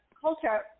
culture